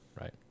Right